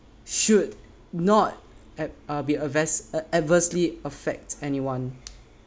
should not at uh be advers~ uh adversely affect anyone